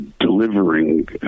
delivering